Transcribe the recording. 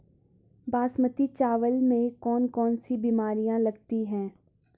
बासमती चावल में कौन कौन सी बीमारियां लगती हैं?